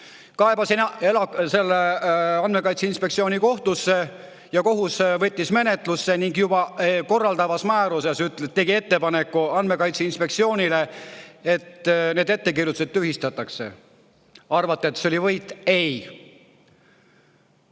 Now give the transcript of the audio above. Kaebasin Andmekaitse Inspektsiooni kohtusse. Kohus võttis [asja] menetlusse ning juba korraldavas määruses tegi ettepaneku Andmekaitse Inspektsioonile need ettekirjutused tühistada. Arvate, et see oli võit? Ei!